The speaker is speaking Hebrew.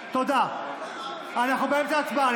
אנחנו באמצע הצבעה,